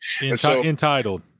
Entitled